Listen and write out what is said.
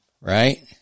right